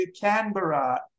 Canberra